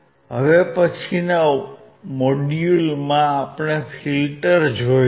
હવે પછીના મોડ્યુલોમાં આપણે ફિલ્ટર જોઈશું